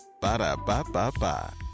Ba-da-ba-ba-ba